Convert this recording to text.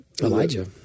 Elijah